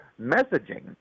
messaging